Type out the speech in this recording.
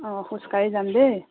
অঁ খোজকাঢ়ি যাম দেই